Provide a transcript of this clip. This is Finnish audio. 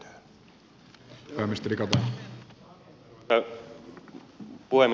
arvoisa puhemies